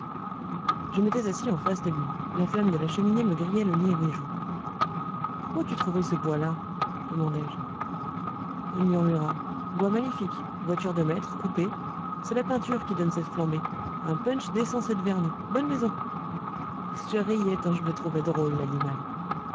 je m'étais assis en face de lui la flamme de la cheminée me grillait le nez et les joues où as-tu trouvé ce bois là demandai-je il murmura bois magnifique voiture de maître coupé c'est la peinture qui donne cette flambée un punch d'essence et de vernis bonne maison je riais tant je le trouvais drôle l'animal